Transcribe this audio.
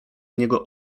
niego